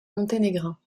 monténégrins